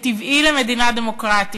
וטבעי למדינה דמוקרטית,